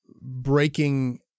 breaking